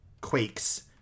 quakes